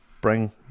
bring